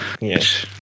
Yes